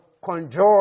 conjure